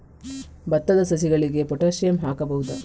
ಭತ್ತದ ಸಸಿಗಳಿಗೆ ಪೊಟ್ಯಾಸಿಯಂ ಹಾಕಬಹುದಾ?